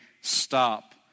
stop